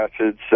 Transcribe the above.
acids